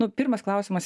nu pirmas klausimas